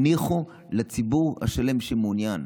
הניחו לציבור שלם שמעוניין.